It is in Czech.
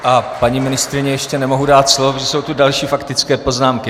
A paní ministryni ještě nemohu dát slovo, protože jsou tu další faktické poznámky.